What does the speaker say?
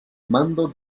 mando